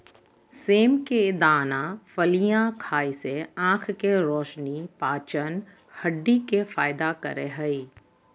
सेम के दाना फलियां खाय से आँख के रोशनी, पाचन, हड्डी के फायदा करे हइ